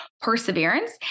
perseverance